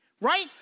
right